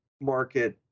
market